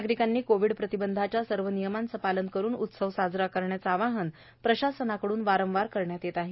नागरिकांनी कोविड प्रतिबंधाच्या सर्व नियमांचं पालन करून उत्सव साजरे करण्याचं आवाहन प्रशासनाकडून करण्यात आलं आहे